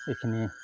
এইখিনিয়েই